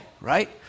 right